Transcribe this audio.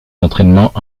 d’entraînement